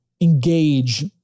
engage